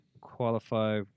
qualify